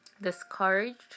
discouraged